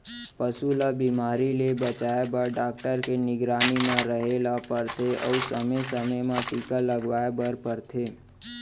पसू ल बेमारी ले बचाए बर डॉक्टर के निगरानी म रहें ल परथे अउ समे समे म टीका लगवाए बर परथे